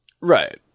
right